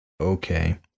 Okay